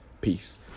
Peace